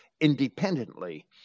independently